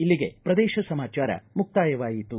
ಇಲ್ಲಿಗೆ ಪ್ರದೇಶ ಸಮಾಚಾರ ಮುಕ್ತಾಯವಾಯಿತು